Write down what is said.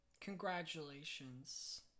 congratulations